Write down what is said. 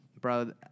Bro